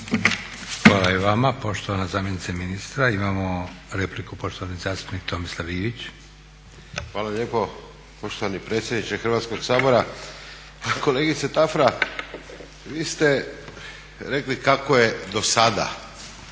Hvala i vama, poštovana zamjenice ministra. Imamo repliku, poštovani zastupnik tomislav Ivić. **Ivić, Tomislav (HDZ)** Hvala lijepo poštovani predsjedniče Hrvatskoga sabora. Pa kolegice Tafra vi ste rekli kako je do sada